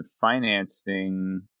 financing